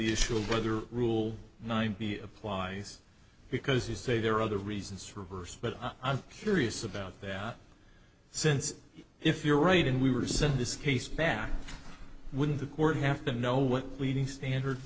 the issue of whether rule applies because you say there are other reasons reversed but i'm curious about that since if you're right and we were sent this case back wouldn't the court have to know what pleading standard